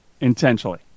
intentionally